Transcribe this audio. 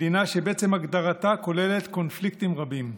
היא מדינה שמעצם הגדרתה כוללת קונפליקטים רבים.